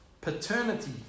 paternity